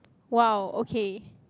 !wow! okay